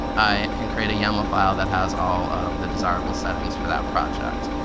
i can create a yaml file that has all of the desirable settings for that project.